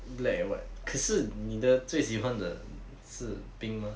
black and white 可是你的最喜欢的是 pink 吗